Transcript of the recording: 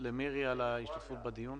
למירי על ההשתתפות בדיון.